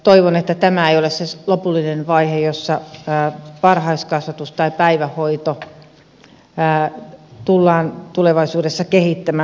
toivon että tämä ei ole se lopullinen vaihe jossa varhaiskasvatus tai päivähoito tullaan tulevaisuudessa kehittämään